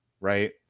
right